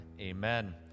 Amen